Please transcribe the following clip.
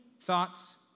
thoughts